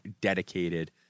dedicated